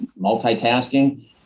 multitasking